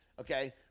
okay